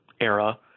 Era